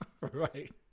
Right